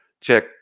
check